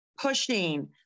pushing